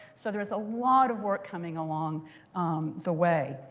so there's a lot of work coming along the way.